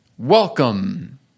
Welcome